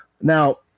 Now